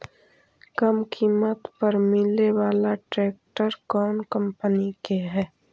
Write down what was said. कम किमत पर मिले बाला ट्रैक्टर कौन कंपनी के है?